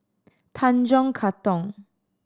Tanjong Katong